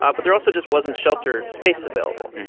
um but there also just wasn't shelter space available.